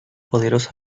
poderoso